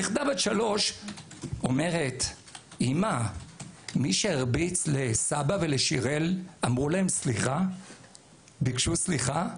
נכדה שלי בת 3 אומרת: מי שהרביץ לסבא ולשיראל ביקש סליחה?